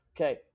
Okay